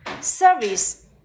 Service